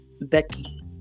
Becky